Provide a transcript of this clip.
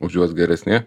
už juos geresni